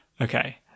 okay